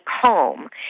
home